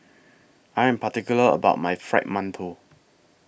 I Am particular about My Fried mantou